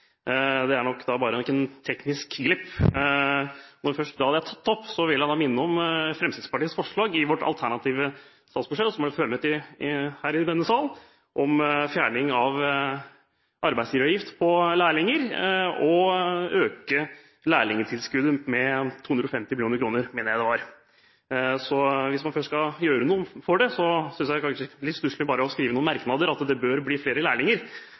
Det var nok en teknisk glipp. Men når det først er tatt opp, vil jeg minne om Fremskrittspartiets forslag i vårt alternative statsbudsjett som er blitt fremmet her i denne sal, om fjerning av arbeidsgiveravgift for lærlinger og å øke lærlingtilskuddet med 250 mill. kr – mener jeg det var. Hvis man først skal gjøre noe for det, synes jeg faktisk det er litt stusslig bare å skrive noen merknader om at det bør bli flere lærlinger.